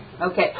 Okay